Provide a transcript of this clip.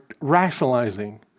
rationalizing